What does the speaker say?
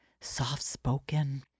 soft-spoken